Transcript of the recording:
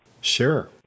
Sure